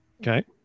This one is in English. Okay